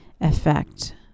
effect